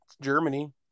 germany